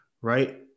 right